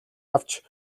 авч